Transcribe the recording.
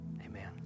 Amen